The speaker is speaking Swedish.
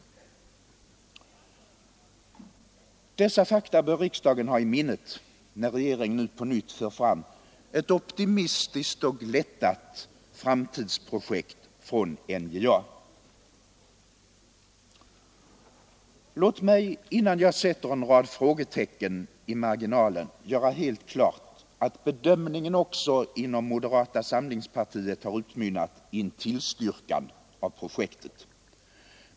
Dessa fakta bör riksdagen ha i minnet, när regeringen nu på nytt för fram ett optimistiskt och glättat framtidsprojekt från NJA. Låt mig innan jag sätter en rad frågetecken i marginalen göra helt klart, att bedömningen också inom moderata samlingspartiet har utmynnat i en tillstyrkan av projektet.